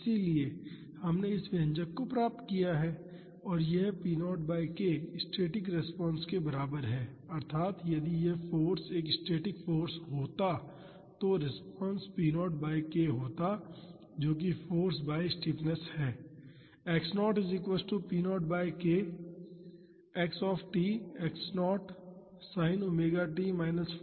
इसलिए हमने इस व्यंजक को प्राप्त किया है और यह p0 by k static response के बराबर है अर्थात यदि यह फाॅर्स एक स्टैटिक फाॅर्स होता तो रिस्पांस p0 बाई k होता जो कि फाॅर्स बाई स्टिफनेस है